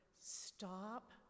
Stop